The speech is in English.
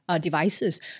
devices